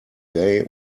gay